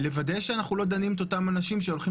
לוודא שאנחנו לא דנים את אותם אנשים שהולכים